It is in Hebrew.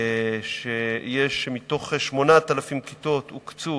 מתוך 8,000 כיתות הוקצו